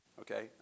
okay